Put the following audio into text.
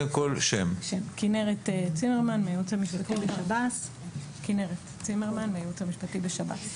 הייעוץ המשפטי, שירות בתי הסוהר.